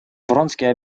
вронский